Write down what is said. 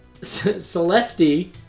Celesti